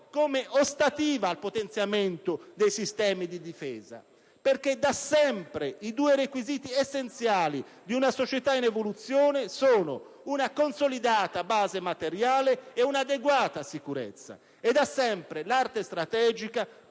come ostativa al potenziamento dei sistemi di difesa. Perché, da sempre, i due requisiti essenziali di una società in evoluzione sono una consolidata base materiale e un'adeguata sicurezza. E, da sempre, l'arte strategica